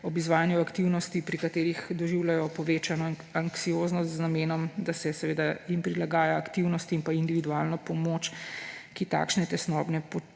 ob izvajanju aktivnosti, pri katerih doživljajo povečano anksioznost, z namenom, da se jim prilagaja aktivnosti in nudi individualno pomoč, ki takšne tesnobne